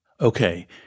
Okay